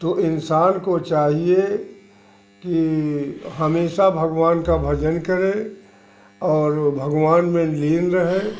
तो इंसान को चाहिए कि हमेशा भगवान का भजन करें और भगवान में लीन रहे